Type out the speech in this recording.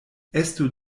estu